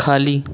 खाली